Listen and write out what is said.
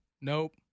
Nope